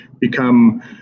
become